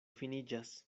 finiĝas